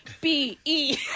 B-E